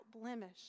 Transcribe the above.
blemish